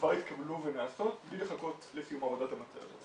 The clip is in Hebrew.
שכבר התקבלו ונעשות בלי לחכות לסיום עבודת המטה הזאת.